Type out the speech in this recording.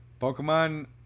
Pokemon